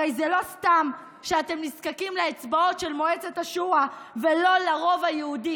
הרי זה לא סתם שאתם נזקקים לאצבעות של מועצת השורא ולא לרוב היהודי,